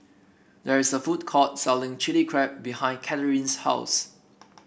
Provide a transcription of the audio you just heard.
there is a food court selling Chili Crab behind Cathrine's house